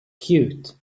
cute